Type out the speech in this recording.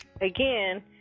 again